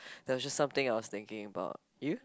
that was just something I was thinking about you